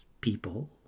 people